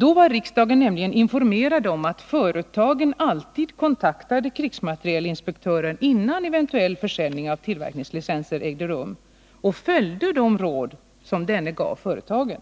Då var riksdagen nämligen informerad om att företagen alltid kontaktade krigsmaterielinspektören innan eventuell försäljning av tillverkningslicenser ägde rum och följde de råd som denne gav företagen.